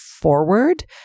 forward